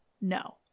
no